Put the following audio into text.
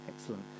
Excellent